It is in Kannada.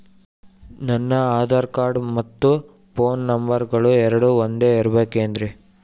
ನನ್ನ ಆಧಾರ್ ಕಾರ್ಡ್ ಮತ್ತ ಪೋನ್ ನಂಬರಗಳು ಎರಡು ಒಂದೆ ಇರಬೇಕಿನ್ರಿ?